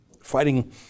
fighting